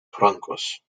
francos